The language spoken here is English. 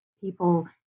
people